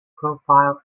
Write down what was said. profile